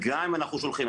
כן.